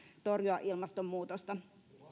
torjua ilmastonmuutosta